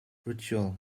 ritual